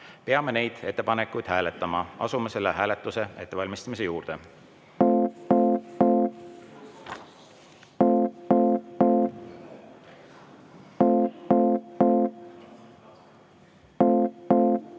Peame neid ettepanekuid hääletama. Asume selle hääletuse ettevalmistamise juurde. Head